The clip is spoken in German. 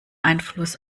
einfluss